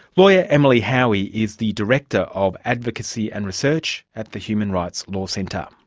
lawyer emily howie is the director of advocacy and research at the human rights law centre.